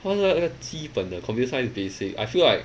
它是那个那个基本的 computer science basic I feel like